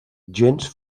gens